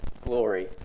Glory